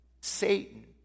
Satan